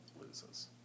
loses